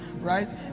right